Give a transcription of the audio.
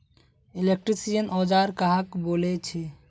Electrician औजार कहाक बोले छे?